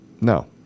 no